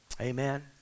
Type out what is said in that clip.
Amen